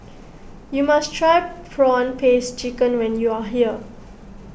you must try Prawn Paste Chicken when you are here